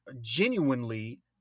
genuinely